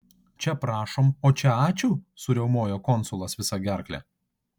čia prašom o čia ačiū suriaumojo konsulas visa gerkle